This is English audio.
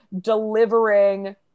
delivering